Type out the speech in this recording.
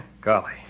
Golly